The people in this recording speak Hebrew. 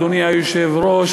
אדוני היושב-ראש,